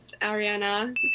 Ariana